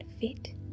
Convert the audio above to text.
fit